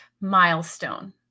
milestone